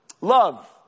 Love